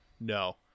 No